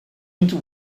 into